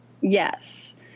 Yes